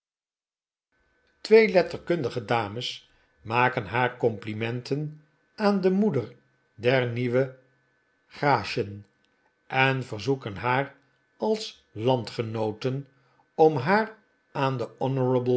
twee letterkundige dames maken haar complimenten aan de moeder der nieuwe gracchen en verzoeken haar als landgenoote om haar aan den